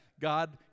God